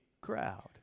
crowd